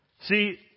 See